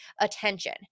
attention